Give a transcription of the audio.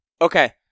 Okay